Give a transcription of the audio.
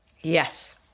Yes